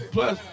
Plus